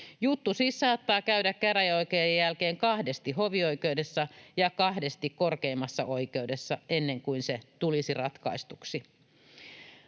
Juttu siis saattaa käydä käräjäoikeuden jälkeen kahdesti hovioikeudessa ja kahdesti korkeimmassa oikeudessa ennen kuin se tulisi ratkaistuksi.